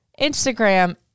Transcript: Instagram